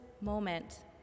moment